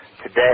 Today